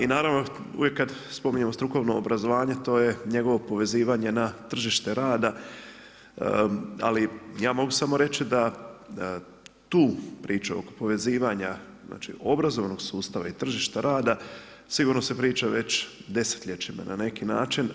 I naravno, uvijek kad spominjemo strukovno obrazovanje, to je njegovo povezivanje na tržište rada, ali ja mogu samo reći da tu priču oko povezivanja, znači obrazovanog sustava i tržišta rada, sigurno se priča već desetljećima na neki način.